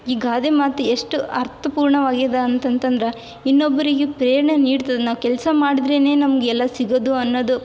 ಈ ಗಾದೆ ಮಾತು ಎಷ್ಟು ಅರ್ಥಪೂರ್ಣವಾಗ್ಯದ ಅಂತಂತಂದ್ರೆ ಇನ್ನೊಬ್ರಿಗೆ ಪ್ರೇರಣೆ ನೀಡ್ತದೆ ನಾವು ಕೆಲಸ ಮಾಡ್ದ್ರೇ ನಮ್ಗೆ ಎಲ್ಲ ಸಿಗೋದು ಅನ್ನೋದು